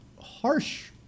harsh